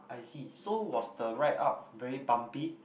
I see so was the ride up very bumpy